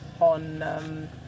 on